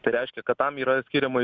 tai reiškia kad tam yra skiriama